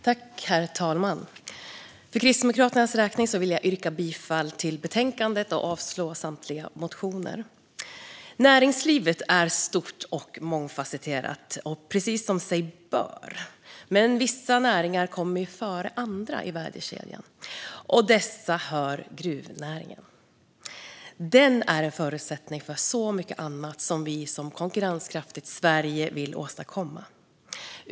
Herr talman! För Kristdemokraternas räkning vill jag yrka bifall till förslaget i betänkandet och avslag på samtliga motioner. Näringslivet är stort och mångfasetterat, precis som sig bör. Men vissa näringar kommer före andra i värdekedjan. Till dessa hör gruvnäringen. Den är en förutsättning för så mycket annat som ett konkurrenskraftigt Sverige vill åstadkomma.